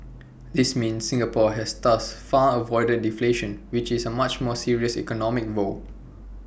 this means Singapore has thus far avoided deflation which is A much more serious economic woe